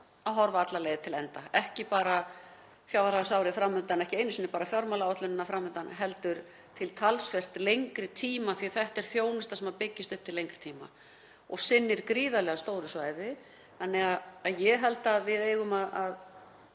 að horfa alla leið til enda, ekki bara á fjárhagsárið fram undan, ekki einu sinni bara á fjármálaáætlunina fram undan heldur til talsvert lengri tíma, því að þetta er þjónusta sem byggist upp til lengri tíma og sinnir gríðarlega stóru svæði. Ég held og ég vona að við getum náð